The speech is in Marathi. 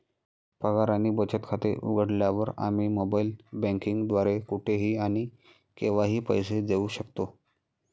पगार आणि बचत खाते उघडल्यावर, आम्ही मोबाइल बँकिंग द्वारे कुठेही आणि केव्हाही पैसे देऊ शकतो